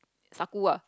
sua gu ah